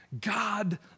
God